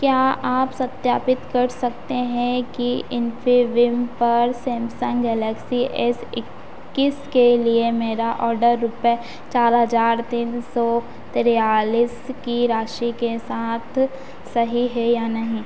क्या आप सत्यापित कर सकते हैं कि इन्फीबीम पर सैमसंग गैलेक्सी एस इक्कीस के लिए मेरा ऑर्डर रुपये चार हज़ार तीन सौ तेरालिस की राशि के साथ सही है या नहीं